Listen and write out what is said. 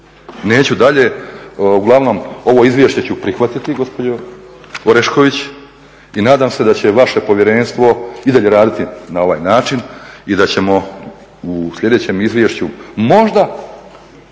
Neću dalje, uglavnom ovo izvješće ću prihvatiti gospođo Orešković i nadam se da će vaše povjerenstvo i dalje raditi na ovaj način i da ćemo u sljedećem izvješću možda